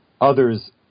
others